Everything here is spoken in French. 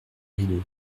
rideaux